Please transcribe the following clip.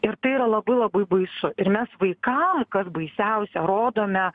ir tai yra labai labai baisu ir mes vaikam kas baisiausia rodome